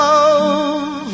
Love